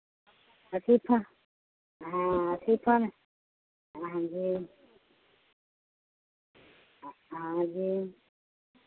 शिफॉ हाँ शिफॉन हाँ जी हाँ जी